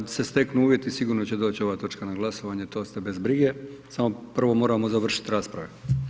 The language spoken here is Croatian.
Kad se steknu uvjeti sigurno će doći ova točka na glasovanje, to ste bez brige, samo prvo moramo završit rasprave.